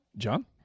John